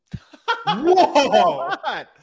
Whoa